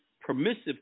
permissive